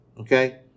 Okay